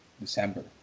December